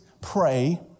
pray